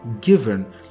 given